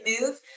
move